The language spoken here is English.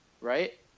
Right